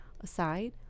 aside